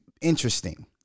interesting